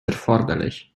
erforderlich